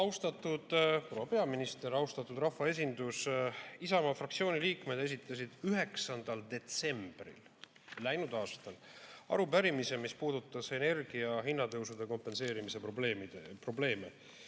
Austatud proua peaminister! Austatud rahvaesindus! Isamaa fraktsiooni liikmed esitasid 9. detsembril läinud aastal arupärimise, mis puudutas energia hinna tõusu kompenseerimise probleeme.